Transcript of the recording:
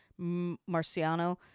Marciano